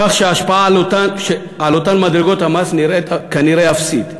כך שההשפעה על אותן מדרגות המס נראית כנראה אפסית,